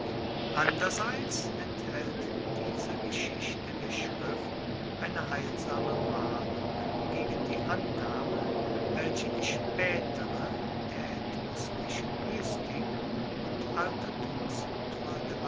andererseits enthaelt diese geschichte der schrift eine heilsame warnung gegen die annahme welche die spaetere der etruskischen mystik und